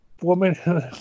woman